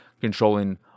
controlling